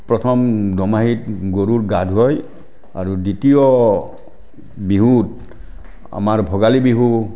প্ৰথম দোমাহীত গৰুক গা ধুৱায় আৰু দ্বিতীয় বিহুত আমাৰ ভোগালী বিহু